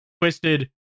Twisted